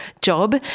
job